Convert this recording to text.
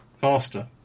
Faster